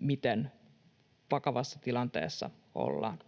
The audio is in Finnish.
miten vakavassa tilanteessa ollaan.